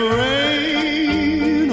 rain